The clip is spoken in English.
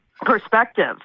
perspective